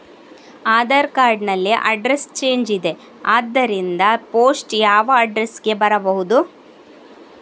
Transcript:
Aadhaar card ನಲ್ಲಿ address change ಇದೆ ಆದ್ದರಿಂದ ಪೋಸ್ಟ್ ಯಾವ ಅಡ್ರೆಸ್ ಗೆ ಬರಬಹುದು?